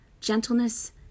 gentleness